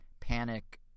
Panic